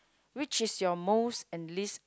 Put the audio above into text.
which is your most and least